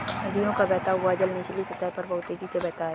नदियों का बहता हुआ जल निचली सतह पर बहुत तेजी से बहता है